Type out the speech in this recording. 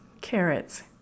carrots